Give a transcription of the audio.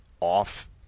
off